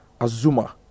azuma